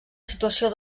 situació